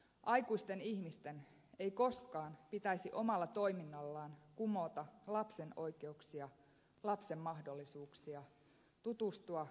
aikuisten ihmisten ei koskaan pitäisi omalla toiminnallaan kumota lapsen oikeuksia lapsen mahdollisuuksia tutustua omaan vanhempaan